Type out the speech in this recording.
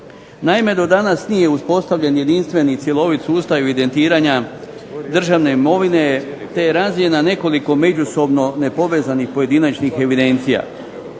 Naime, do danas nije uspostavljen jedinstveni i cjeloviti sustav evidentiranja državne imovine, te razmjena nekoliko međusobno nepovezanih pojedinačnih evidencija,